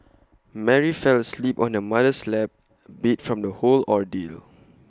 Mary fell asleep on her mother's lap beat from the whole ordeal